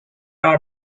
are